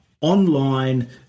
online